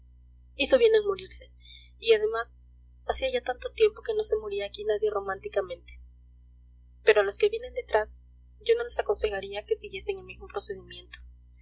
bien en morirse y además hacía ya tanto tiempo que no se moría aquí nadie románticamente pero a los que vienen detrás yo no les aconsejaría que siguiesen el mismo procedimiento